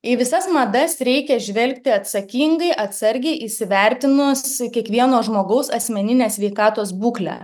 į visas madas reikia žvelgti atsakingai atsargiai įsivertinus kiekvieno žmogaus asmeninę sveikatos būklę